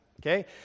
okay